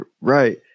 right